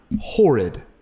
horrid